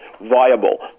viable